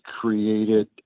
created